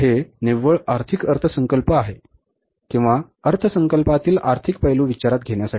तर हे निव्वळ आर्थिक अर्थसंकल्प आहे किंवा अर्थसंकल्पातील आर्थिक पैलू विचारात घेण्यासाठी आहे